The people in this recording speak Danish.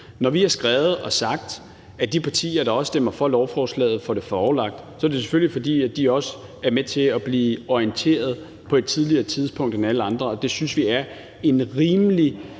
Når vi har skrevet og sagt, at de partier, der stemmer for lovforslaget, får det forelagt, er det selvfølgelig, fordi de også er med til at blive orienteret på et tidligere tidspunkt end alle andre, og det synes vi er en rimelig,